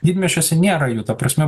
didmiesčiuose nėra jų ta prasme